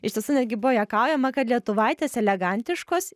iš tiesų netgi buvo juokaujama kad lietuvaitės elegantiškos